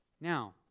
Now